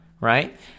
right